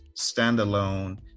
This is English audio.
standalone